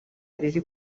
riri